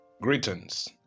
Greetings